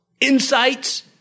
insights